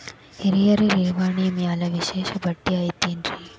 ಹಿರಿಯರ ಠೇವಣಿ ಮ್ಯಾಲೆ ವಿಶೇಷ ಬಡ್ಡಿ ಐತೇನ್ರಿ?